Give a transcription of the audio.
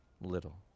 little